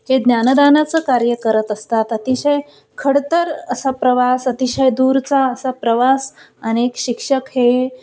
जे ज्ञाानदानाचं कार्य करत असतात अतिशय खडतर असा प्रवास अतिशय दूरचा असा प्रवास अनेक शिक्षक हे